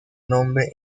nombre